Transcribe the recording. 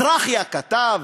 זרחיה כתב,